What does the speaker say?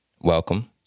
welcome